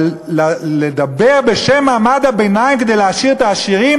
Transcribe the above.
אבל לדבר בשם מעמד הביניים כדי להעשיר את העשירים?